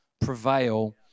prevail